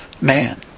man